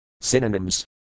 Synonyms